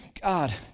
God